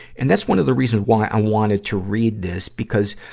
and that's one of the reasons why i wanted to read this, because,